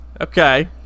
Okay